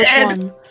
one